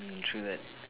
mm true that